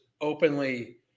openly